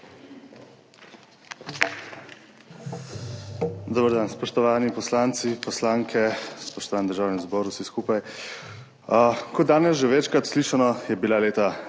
Dober dan, spoštovani poslanci, poslanke! Spoštovani Državni zbor, vsi skupaj! Kot je bilo danes že večkrat slišano, je bila leta